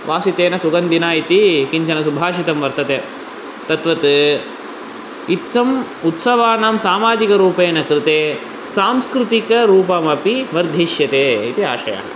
वासितेन सुगन्धिना इति किञ्चनं सुभाषितं वर्तते तद्वत् इत्थम् उत्सवानां सामाजिकरूपेण कृते सांस्कृतिकरूपमपि वर्धिष्यते इति आशयः